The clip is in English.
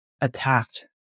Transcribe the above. attacked